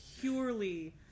purely